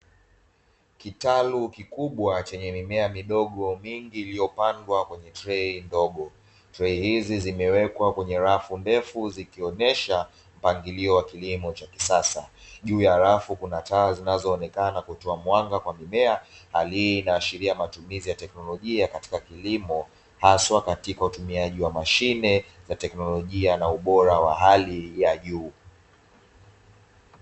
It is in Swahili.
Kitalu kikubwa chenye mimea midogo mingi iliyopandwa kwenye trei ndogo, trei hizi zimewekwa kwenye rafu ndefu zikionyesha mpangilio wa kilimo cha kisasa, juu ya rafu kuna taa zinazoonekana kutua mwanga kwa mimea hali hii inaashiria matumizi ya teknolojia katika kilimo, haswa katika utumiaji wa mashine ya teknolojia na ubora wa hali ya juu.